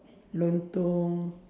lontong